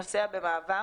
"נוסע במעבר"